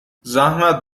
زحمت